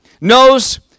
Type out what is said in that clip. knows